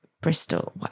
Bristol